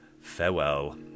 farewell